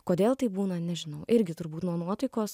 kodėl taip būna nežinau irgi turbūt nuo nuotaikos